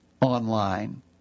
online